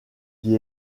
qui